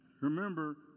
remember